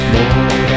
More